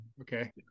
Okay